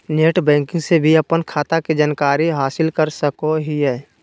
net banking से भी अपन खाता के जानकारी हासिल कर सकोहिये